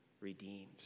redeems